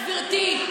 גברתי,